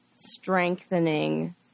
strengthening